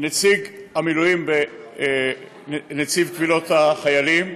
מנציב קבילות חיילים,